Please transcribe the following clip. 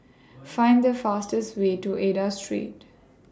Find The fastest Way to Aida Street